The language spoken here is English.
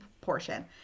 portion